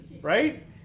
right